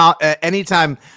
anytime